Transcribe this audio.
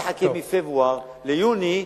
אל תחכה מפברואר ליוני,